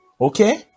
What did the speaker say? okay